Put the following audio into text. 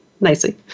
nicely